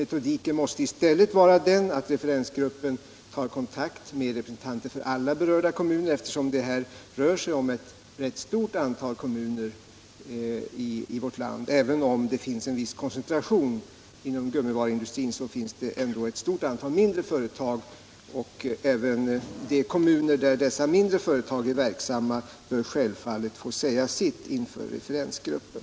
Metodiken måste i stället vara den att referensgruppen tar kontakt med representanter för alla berörda kommuner. Även om det finns en viss koncentration inom gummiindustrin, finns det ändå ett stort antal mindre företag. Även de kommuner där dessa är verksamma bör självfallet få säga sitt inför referensgruppen.